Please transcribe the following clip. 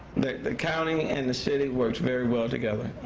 the the county and the city works very well together.